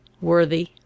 worthy